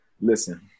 Listen